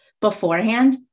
beforehand